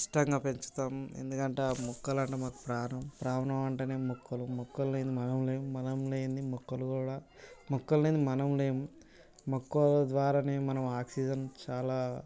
ఇష్టంగా పెంచుతాము ఎందుకంటే ఆ మొక్కలు అంటే మాకు ప్రాణం ప్రాణం అంటేనే మొక్కలు మొక్కలు లేనిదే మనం లేము మనం లేనిదే మొక్కలు కూడా మొక్కలు లేనిదే మనం లేము మొక్క ద్వారానే మనం ఆక్సిజన్ చాలా